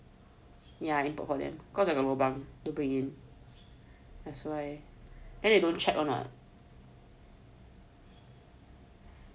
ya I import for them cause I got lobang to bring in that's why and they don't check or not